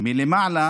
מלמעלה